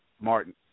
Martin